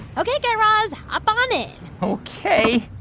ok, guy, raz, hop on in ok